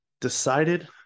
decided